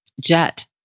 Jet